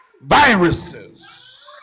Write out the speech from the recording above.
Viruses